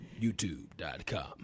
YouTube.com